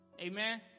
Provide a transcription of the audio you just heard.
Amen